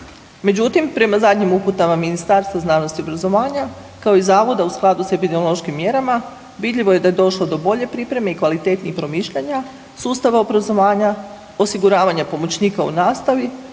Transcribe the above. Međutim, prema zadnjim uputama Ministarstva znanosti i obrazovanja, kao i Zavoda, u skladu s epidemiološkim mjerama, vidljivo je da je došlo do bolje pripreme i kvalitetnijih promišljanja, sustava obrazovanja, osiguravanja pomoćnika u nastavi,